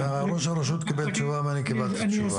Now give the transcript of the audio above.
ראש הרשות קיבל תשובה ואני קיבלתי תשובה.